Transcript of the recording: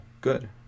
good